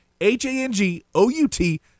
H-A-N-G-O-U-T